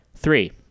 Three